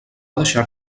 deixar